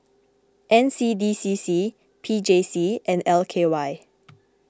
N C D C C P J C and L K Y